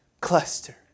cluster